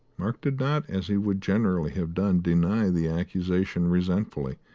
mark did not, as he would generally have done, deny the accusation resentfully,